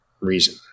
reason